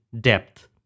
depth